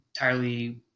entirely